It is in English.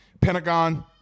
Pentagon